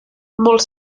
molt